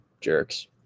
jerks